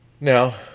Now